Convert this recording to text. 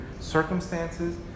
circumstances